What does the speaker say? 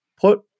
put